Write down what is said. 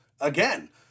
again